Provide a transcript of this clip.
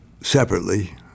separately